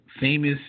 famous